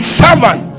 servant